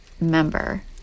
member